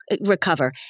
recover